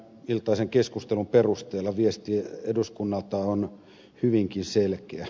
tämäniltaisen keskustelun perusteella viesti eduskunnalta on hyvinkin selkeä